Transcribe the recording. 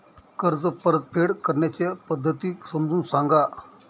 कर्ज परतफेड करण्याच्या पद्धती समजून सांगा